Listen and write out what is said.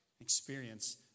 Experience